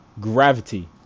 gravity